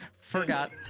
Forgot